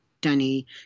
Danny